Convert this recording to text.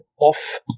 off